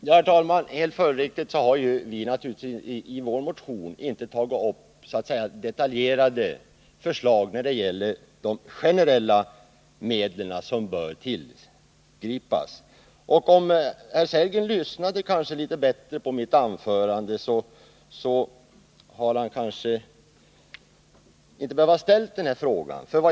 Herr talman! Helt följdriktigt har vi i vår motion inte tagit upp några detaljerade förslag när det gäller de generella medel som bör tillgripas. Om herr Sellgren hade lyssnat bättre på mitt anförande, hade han kanske inte behövt ställa dessa frågor.